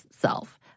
self